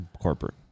corporate